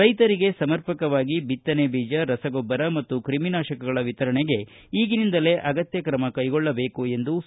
ರೈತರಿಗೆ ಸಮಪರ್ಕಕವಾಗಿ ಬಿತ್ತನೆ ಬೀಜ ರಸ ಗೊಬ್ಬರ ಮತ್ತು ಕ್ರಿಮಿ ನಾಶಕಗಳ ವಿತರಣೆಗೆ ಈಗಿನಿಂದಲೇ ಅಗತ್ಯ ಕ್ರಮ ಕೈಗೊಳ್ಳಬೇಕು ಎಂದರು